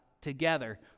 together